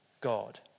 God